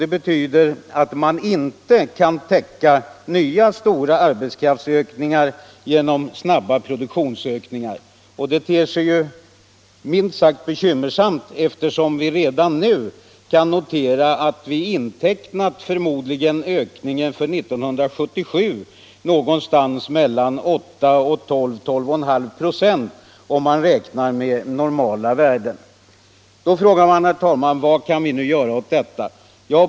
Det betyder att man inte kan täcka nya stora arbetskraftskostnadsökningar genom snabba produktionsökningar. Detta ter sig minst sagt bekymmersamt, eftersom vi redan nu kan notera att vi förmodligen intecknat kostnadsökningar för 1977 på någonting mellan 8 och 12,5 26, om man räknar med normala värden. Herr talman! Vad kan vi nu gör åt detta?